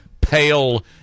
pale